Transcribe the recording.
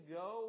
go